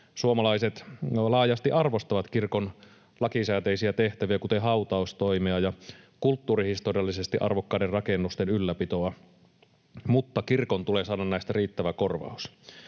Suomalaiset laajasti arvostavat kirkon lakisääteisiä tehtäviä, kuten hautaustoimea ja kulttuurihistoriallisesti arvokkaiden rakennusten ylläpitoa, mutta kirkon tulee saada näistä riittävä korvaus.